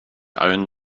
allen